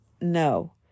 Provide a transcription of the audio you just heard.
No